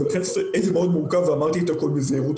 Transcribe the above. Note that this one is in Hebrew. זה מאוד מורכב ואמרתי את הכול בזהירות